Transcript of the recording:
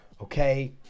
Okay